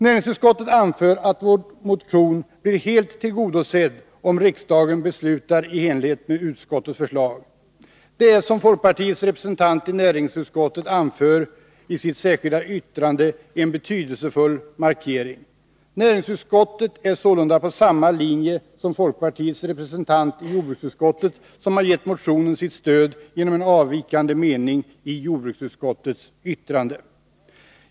Näringsutskottet anför att vår motion blir helt tillgodosedd, om riksdagen beslutar i enlighet med utskottets förslag. Det är, som folkpartiets representant i näringsutskottet anför i sitt särskilda yttrande, en betydelsefull markering. Näringsutskottet är sålunda på samma linje som folkpartiets representant i jordbruksutskottet, som har gett motionen sitt stöd genom en avvikande mening i jordbruksutskottets yttrande.